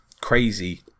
crazy